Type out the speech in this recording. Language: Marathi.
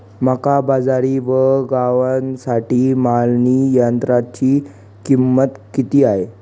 मका, बाजरी व गव्हासाठी मळणी यंत्राची किंमत किती आहे?